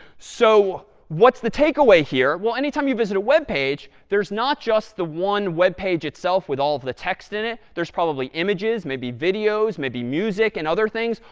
so what's the takeaway here? well, any time you visit a web page, there's not just the one web page itself with all of the text in it. there's probably images, maybe videos, maybe music and other things.